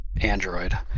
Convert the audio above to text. android